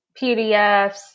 PDFs